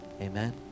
amen